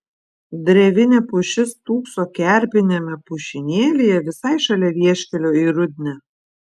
drevinė pušis stūkso kerpiniame pušynėlyje visai šalia vieškelio į rudnią